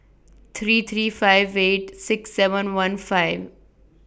three three five eight six seven one five